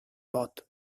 bought